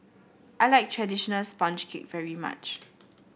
I like traditional sponge cake very much